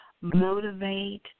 motivate